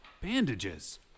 bandages